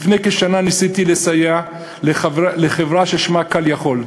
לפני כשנה ניסיתי לסייע לחברה ששמה 'Call יכול',